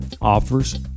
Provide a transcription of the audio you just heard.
offers